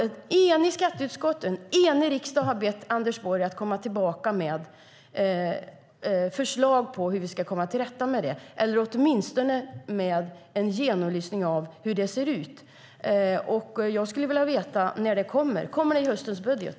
Ett enigt skatteutskott och en enig riksdag har bett Anders Borg att komma tillbaka med förslag på hur vi ska komma till rätta med detta, eller åtminstone en genomlysning av hur det ser ut. Jag skulle vilja veta när det kommer. Kommer det i höstens budget?